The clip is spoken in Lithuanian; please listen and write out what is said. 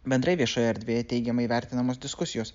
bendrai viešoje erdvėje teigiamai vertinamos diskusijos